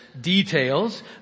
details